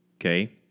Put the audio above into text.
Okay